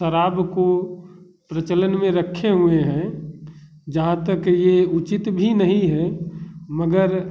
शराब को प्रचलन में रखे हुए हैं जहाँ तक है ये उचित भी नहीं है मगर